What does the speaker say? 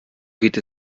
geht